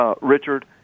Richard